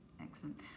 Excellent